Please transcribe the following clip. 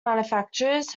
manufacturers